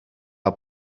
how